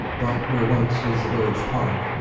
but where once was the village park,